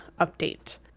update